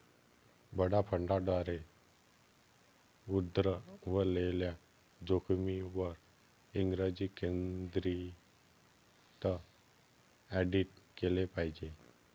बडा फंडांद्वारे उद्भवलेल्या जोखमींवर इंग्रजी केंद्रित ऑडिट केले पाहिजे